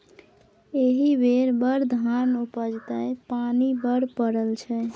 एहि बेर बड़ धान उपजतै पानि बड्ड पड़ल छै